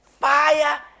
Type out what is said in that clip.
fire